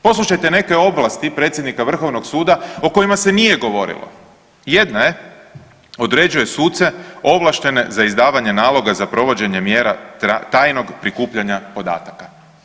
Poslušajte neke ovlasti predsjednika Vrhovnog suda o kojima se nije govorilo, jedna je određuje suce ovlaštenje za izdavanje naloga za provođenje mjera tajnog prikupljanja podataka.